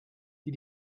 die